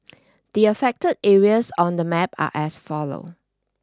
the affected areas on the map are as follow